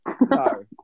No